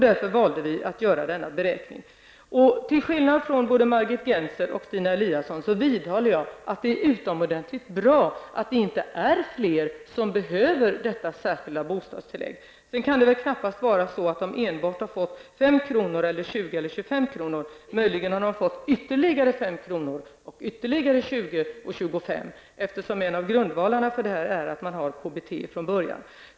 Därför valde vi att göra en sådan beräkning. Till skillnad från både Margit Gennser och Stina Eliasson vidhåller jag att det är utomordentligt bra att det inte är fler som behöver detta särskilda bostadstillägg. Sedan kan det väl knappast vara så att de enbart har fått 5 kr. eller 20--25 kr. Möjligen har de fått ytterligare 5 kr. och ytterligare 20--25 kr., eftersom en av grundvalarna för den här kompensationen är att man har KBT från början.